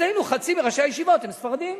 אצלנו חצי מראשי הישיבות הם ספרדים.